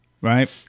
right